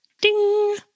Ding